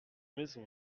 maison